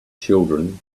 children